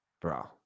Bro